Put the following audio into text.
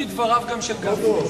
גם כדבריו של גפני.